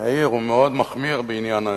יאיר מאוד מחמיר בעניין העישון,